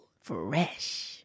Fresh